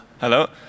Hello